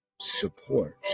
support